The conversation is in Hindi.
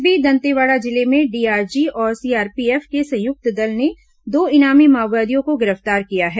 इस बीच दंतेवाड़ा जिले में डीआरजी और सीआरपीएफ के संयुक्त दल ने दो इनामी माओवादियों को गिरफ्तार किया है